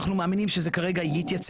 אנחנו מאמינים שזה יתייצב.